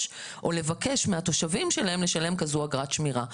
או לבקש מהתושבים שלהן לשלם אגרת שמירה כזאת.